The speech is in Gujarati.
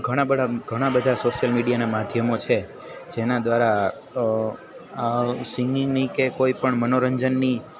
ઘણાં બધાં સોશ્યલ મીડિયાનાં માધ્યમો છે જેનાં દ્વારા આ સિંગિંગની કે કોઈ પણ મનોરંજનની